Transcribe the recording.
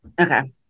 Okay